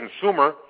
consumer